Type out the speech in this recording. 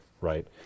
right